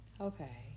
okay